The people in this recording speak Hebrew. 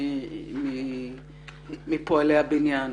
מפועלי הבניין.